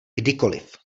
kdykoliv